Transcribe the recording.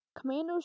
Commanders